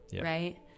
right